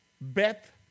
Beth